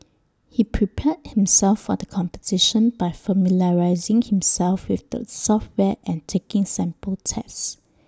he prepared himself for the competition by familiarising himself with the software and taking sample tests